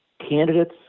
candidates